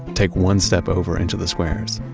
take one step over into the squares.